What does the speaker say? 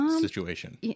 Situation